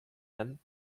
than